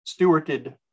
stewarded